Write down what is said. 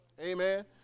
amen